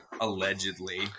allegedly